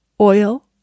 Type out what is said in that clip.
oil